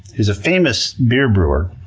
who's a famous beer brewer,